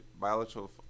biological